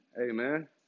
Amen